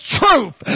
truth